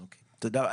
אוקיי, תודה.